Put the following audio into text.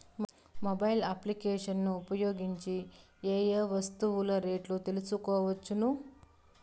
Mobile applications ను ఉపయోగించి ఏ ఏ వస్తువులు రేట్లు తెలుసుకోవచ్చును?